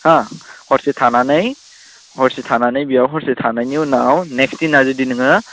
हा हरसे थानानै बेयाव हरसे थानायनि उनाव नेक्स्ट दिना जुदि नोङो